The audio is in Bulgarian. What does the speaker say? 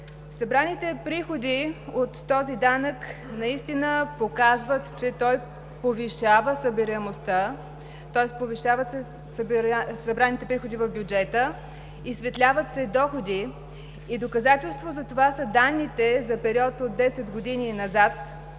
Събраните приходи от този данък наистина показват, че той повишава събираемостта, тоест повишават се събраните приходи в бюджета, изсветляват се доходи и доказателство за това са данните за период от 10 години назад